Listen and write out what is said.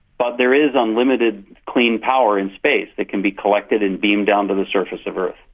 but there is unlimited clean power in space that can be collected and beamed down to the surface of earth.